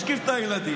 השכיב את הילדים,